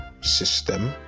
system